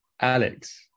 Alex